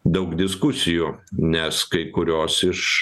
daug diskusijų nes kai kurios iš